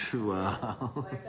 Wow